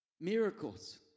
Miracles